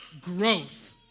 growth